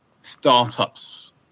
startups